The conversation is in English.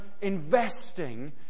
investing